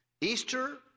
Easter